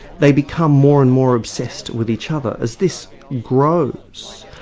they become more and more obsessed with each other. as this grows,